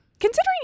Considering